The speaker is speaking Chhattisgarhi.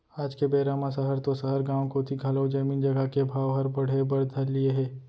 आज के बेरा म सहर तो सहर गॉंव कोती घलौ जमीन जघा के भाव हर बढ़े बर धर लिये हे